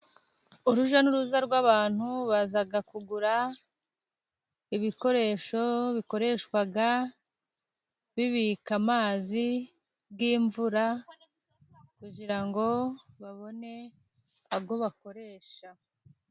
Urujya n'uruza rw'abantu baza kugura ibikoresho bikoreshwa bibika amazi y'imvura kugira ngo babone ayo bakoresha.